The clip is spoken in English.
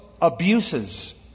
abuses